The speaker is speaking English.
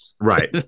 right